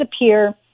appear